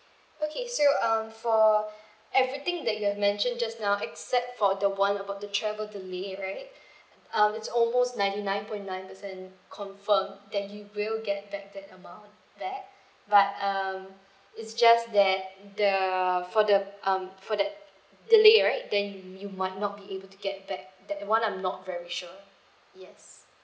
okay so um for everything that you have mentioned just now except for the one about the travel delay right um it's almost ninety nine point nine percent confirm that you will get back that amount back but um it's just that the for the um for that delay right then you you might not be able to get back that [one] I'm not very sure yes